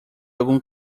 algum